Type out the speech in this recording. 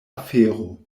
afero